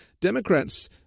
Democrats